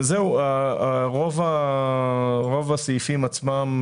רוב הסעיפים עצמם,